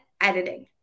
editing